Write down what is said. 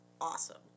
awesome